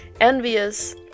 envious